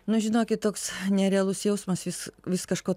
nu žinokit toks nerealus jausmas jis vis kažko